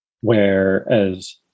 Whereas